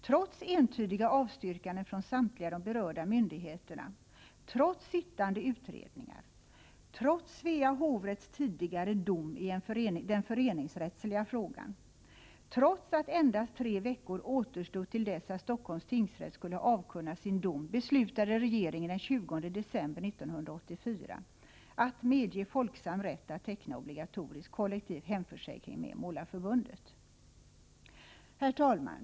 Trots entydiga avstyrkanden från samtliga berörda myndigheter, trots sittande utredningar, trots Svea hovrätts tidigare dom i den föreningsrättsliga frågan, trots att endast tre veckor återstod till dess att Stockholms tingsrätt skulle avkunna sin dom, beslutade regeringen den 20 december 1984 att medge Folksam rätt att teckna obligatorisk, kollektiv hemförsäkring med Målareförbundet. Herr talman!